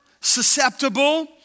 susceptible